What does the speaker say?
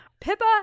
pippa